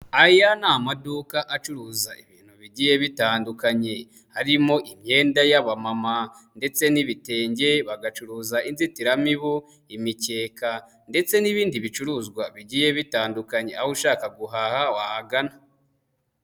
Aya ni amaduka acuruza ibintu bigiye bitandukanye, harimo imyenda y'abamama ndetse n'ibitenge, bagacuruza inzitiramibu, imikeka ndetse n'ibindi bicuruzwa bigiye bitandukanye aho ushaka guhaha wahagana.